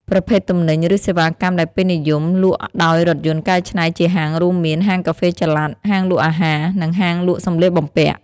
ប្រភេទទំនិញ ឬសេវាកម្មដែលពេញនិយមលក់ដោយរថយន្តកែច្នៃជាហាង រួមមាន ហាងកាហ្វេចល័ត ហាងលក់អាហារ និងហាងលក់សម្លៀកបំពាក់។